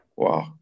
wow